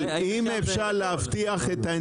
תראה מה שקרה פה בשקף הזה, הם חזקים עלינו.